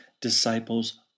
disciples